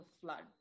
flood